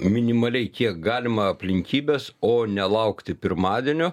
minimaliai kiek galima aplinkybes o nelaukti pirmadienio